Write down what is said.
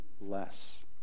less